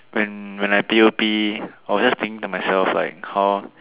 when when I P_O_P or just thinking to myself like how